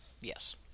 Yes